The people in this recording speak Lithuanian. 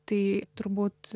tai turbūt